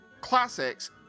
Classics